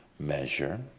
measure